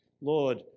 Lord